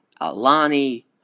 Alani